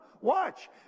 Watch